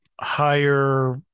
higher